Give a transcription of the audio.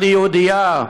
אני יהודייה,